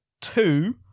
two